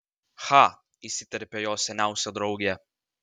cha įsiterpė jos seniausia draugė